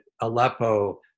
Aleppo